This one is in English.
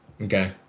Okay